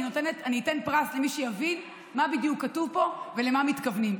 אני אתן פרס למי שיבין מה בדיוק כתוב פה ולמה מתכוונים.